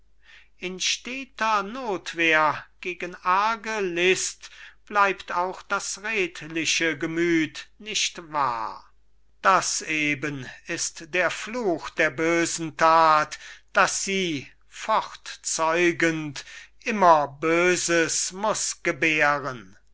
in steter notwehr gegen arge list bleibt auch das redliche gemüt nicht wahr das eben ist der fluch der bösen tat daß sie fortzeugend immer böses muß gebären